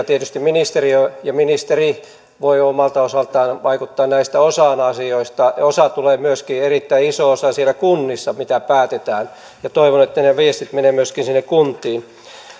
tietysti ministeriö ja ministeri voivat omalta osaltaan vaikuttaa osaan näistä asioista ja osa tulee myöskin erittäin iso osa sieltä kunnista mitä päätetään ja toivon että ne viestit menevät myöskin sinne kuntiin